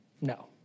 No